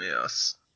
Yes